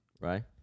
right